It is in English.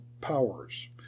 powers